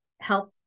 health